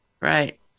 Right